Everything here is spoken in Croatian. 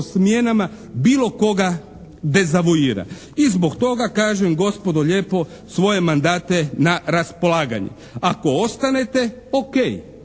smjenama bilo koga dezavuira? I zbog toga kažem gospodo lijepo svoje mandata na raspolaganje. Ako ostanete ok,